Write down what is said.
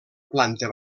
planta